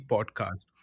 Podcast